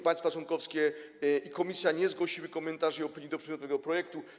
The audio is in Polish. Państwa członkowskie i Komisja nie zgłosiły komentarzy i opinii do przedmiotowego projektu.